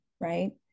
Right